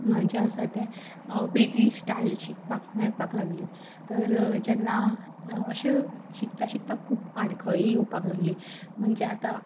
जें आसा तें वेगळी स्टायल शिकपाक मेळपाक लागली तर जेन्ना अशें शिकता शिकता खूब आडखळी येवपाक लागली म्हणजे आतां